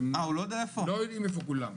הם לא יודעים איפה כולם,